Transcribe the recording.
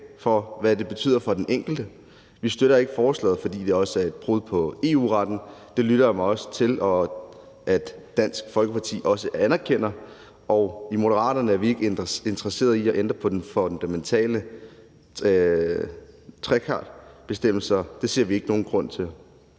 for, hvad det betyder for den enkelte. Vi støtter ikke forslaget, fordi det også er et brud på EU-retten. Det lytter jeg mig til at Dansk Folkeparti også anerkender, og i Moderaterne er vi ikke interesserede i at ændre på den fundamentale bestemmelse. Det ser vi ikke nogen grund til.